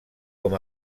com